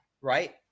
right